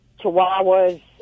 chihuahuas